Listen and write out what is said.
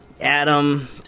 Adam